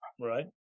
right